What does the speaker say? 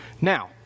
Now